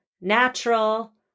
natural